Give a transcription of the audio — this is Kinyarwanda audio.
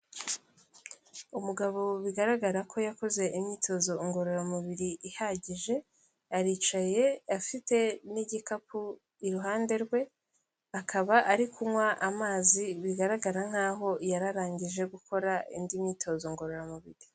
Umugabo bigaragara ko yakoze imyitozo ngororamubiri ihagije, aricaye afite n'igikapu iruhande rwe, akaba ari kunywa amazi bigaragara nk'aho yari arangije gukora indi myitozo ngororamubiri.